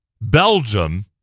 Belgium